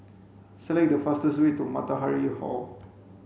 select the fastest way to Matahari Hall